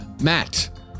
Matt